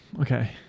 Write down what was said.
Okay